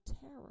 terror